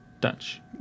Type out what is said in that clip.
Dutch